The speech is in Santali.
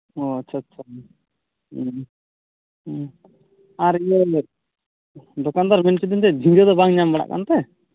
ᱚᱻ ᱟᱪᱪᱷᱟ ᱟᱪᱪᱷᱟ ᱦᱮᱸ ᱦᱮᱸ ᱟᱨ ᱤᱭᱟᱹ ᱫᱚᱠᱟᱱᱫᱟᱨ ᱢᱮᱱ ᱮᱫᱟᱹᱧ ᱡᱮ ᱡᱷᱤᱝᱜᱟᱹ ᱫᱚ ᱵᱟᱝ ᱧᱟᱢ ᱵᱟᱲᱟᱜ ᱠᱟᱱᱛᱮ